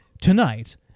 tonight